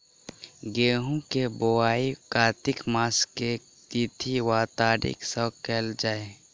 गेंहूँ केँ बोवाई कातिक मास केँ के तिथि वा तारीक सँ कैल जाए?